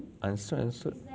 understood understood